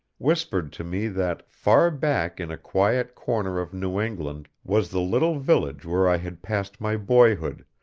whispered to me that far back in a quiet corner of new england was the little village where i had passed my boyhood,